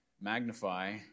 magnify